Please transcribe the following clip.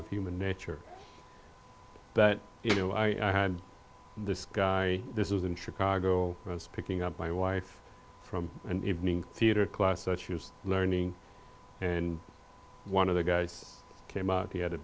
of human nature that you know i had this guy this was in chicago i was picking up my wife from an evening theatre class she was learning and one of the guys came out he had a